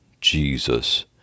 Jesus